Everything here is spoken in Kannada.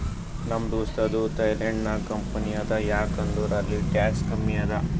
ನಮ್ ದೋಸ್ತದು ಥೈಲ್ಯಾಂಡ್ ನಾಗ್ ಕಂಪನಿ ಅದಾ ಯಾಕ್ ಅಂದುರ್ ಅಲ್ಲಿ ಟ್ಯಾಕ್ಸ್ ಕಮ್ಮಿ ಅದಾ